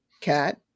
cat